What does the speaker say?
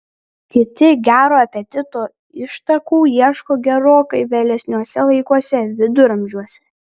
kiti gero apetito ištakų ieško gerokai vėlesniuose laikuose viduramžiuose